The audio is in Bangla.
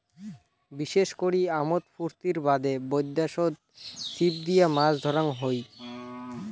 বিশেষ করি আমোদ ফুর্তির বাদে বৈদ্যাশত ছিপ দিয়া মাছ ধরাং হই